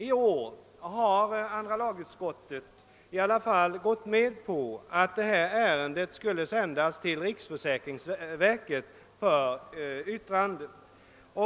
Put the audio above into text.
I år har andra lagutskottet i alla fall gått med på att detta ärende skulle sändas till riksförsäkringsverket för yttrande.